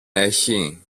έχει